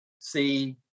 see